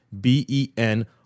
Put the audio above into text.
B-E-N